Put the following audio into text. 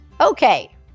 Okay